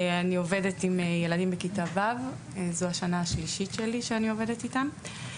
אני עובדת עם ילדים בכיתה ו' וזו השנה השלישית שלי שאני עובדת איתם.